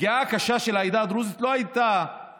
הפגיעה הקשה בעדה הדרוזית לא הייתה